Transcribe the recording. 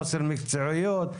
חוסר מקצועיות?